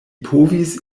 povis